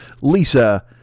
Lisa